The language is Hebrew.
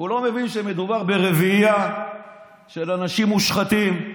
הוא לא מבין שמדובר ברביעייה של אנשים מושחתים,